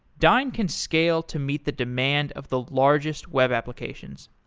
dyn can scale to meet the demand of the largest web applications.